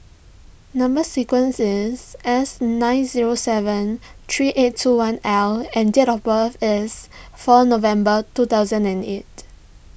Number Sequence is S nine zero seven three eight two one L and date of birth is four November two thousand and eight